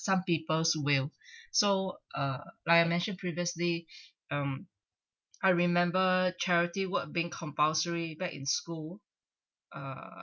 some peoples will so uh like I mentioned previously um I remember charity work being compulsory back in school uh